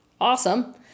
Awesome